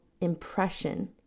impression